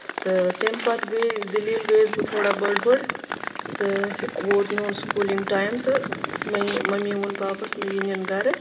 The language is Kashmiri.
تہٕ تَمہِ پَتہٕ گٔیے دٔلیل گٔیَس بہٕ تھوڑا بٔڑ بٔڑ تہٕ ووٚت میون سکوٗلِنٛگ ٹایم تہٕ میانہِ مٔمی ووٚن پاپس نہ یہِ نِنۍ گرٕ